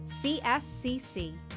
CSCC